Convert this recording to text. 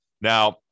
Now